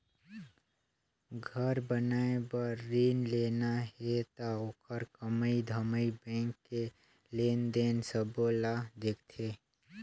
घर बनाए बर रिन लेना हे त ओखर कमई धमई बैंक के लेन देन सबो ल देखथें